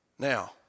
Now